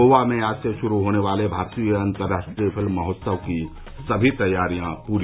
गोवा में आज से शुरू होने वाले भारतीय अंतर्राष्ट्रीय फिल्म महोत्सव की सभी तैयारियां पूरी